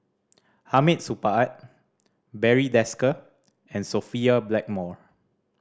Hamid Supaat Barry Desker and Sophia Blackmore